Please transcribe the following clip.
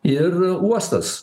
ir uostas